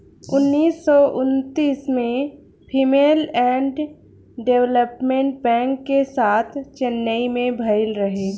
उन्नीस सौ उन्तीस में फीमेल एंड डेवलपमेंट बैंक के स्थापना चेन्नई में भईल रहे